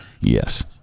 yes